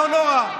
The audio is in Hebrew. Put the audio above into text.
לא נורא.